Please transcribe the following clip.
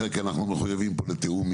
ווליד טאהא (רע"מ,